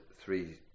three